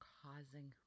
causing